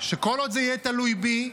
שכל עוד זה יהיה תלוי בי,